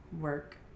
work